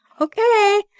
okay